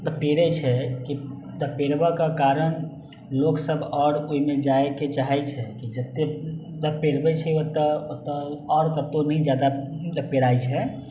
पेरै छै कि पेरबऽके कारण लोक सब आओर ओइमे जायके चाहै छै कि जते पेरबै छै ओतऽ ओतऽ आओर कतौ नहि जादा पेराय छै